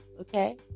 Okay